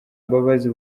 imbabazi